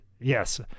yes